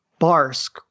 Barsk